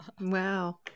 Wow